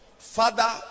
Father